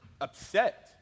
upset